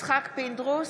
יצחק פינדרוס,